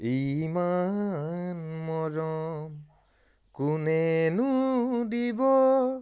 ইমান মৰম কোনেনো দিব